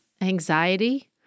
anxiety